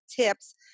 tips